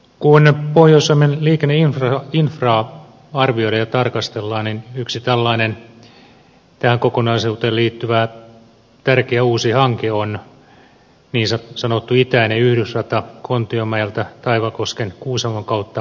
kun pohjois suomen liikenneinfraa arvioidaan ja tarkastellaan niin yksi tällainen tähän kokonaisuuteen liittyvä tärkeä uusi hanke on niin sanottu itäinen yhdysrata kontiomäeltä taivalkosken kuusamon kautta sallaan